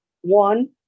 one